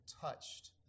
touched